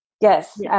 Yes